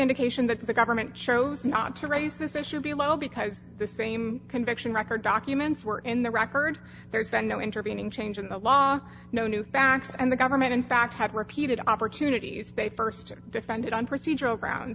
indication that the government chose not to raise this issue below because the same conviction record documents were in the record there's been no intervening change in the law no new facts and the government in fact had repeated opportunities they st defended on procedural grounds